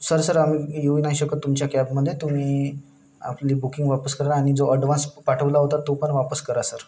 sir sir आम्ही येऊ ना नाही शकत तुमच्या कॅबमध्ये तुम्ही आपली बुकिंग वापस करा आणि जो अडव्हान्स पाठवला होता तो पन वापस करा सर